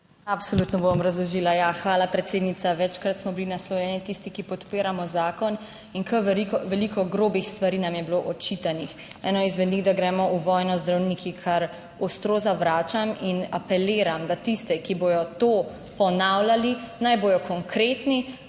Absolutno bom razložila. Ja, hvala predsednica. Večkrat smo bili naslovljeni tisti, ki podpiramo zakon in kar veliko grobih stvari nam je bilo očitanih. Eno izmed njih, da gremo v vojno z zdravniki, kar ostro zavračam in apeliram, da tiste, ki bodo to ponavljali, naj bodo konkretni